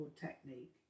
technique